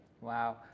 Wow